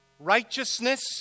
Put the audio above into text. Righteousness